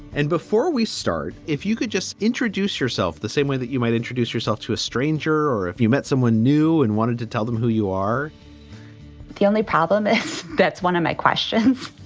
and before we start, if you could just introduce yourself the same way that you might introduce yourself to a stranger or if you met someone new and wanted to tell them who you are the only problem is. that's one of my questions,